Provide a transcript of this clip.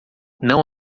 não